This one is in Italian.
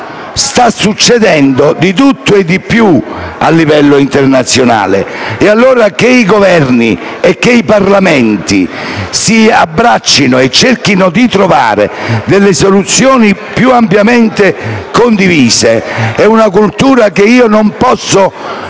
sta succedendo di tutto e di più a livello internazionale. Pertanto, che i Governi e i Parlamenti si abbraccino e cerchino di trovare delle soluzioni più ampiamente condivise è una cultura che non posso